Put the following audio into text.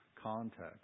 context